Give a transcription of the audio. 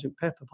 Pepper